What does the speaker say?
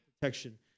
protection